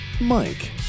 Mike